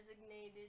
designated